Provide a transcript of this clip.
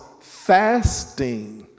fasting